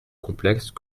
complexe